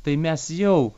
tai mes jau